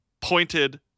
pointed